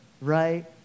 right